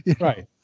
Right